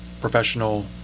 professional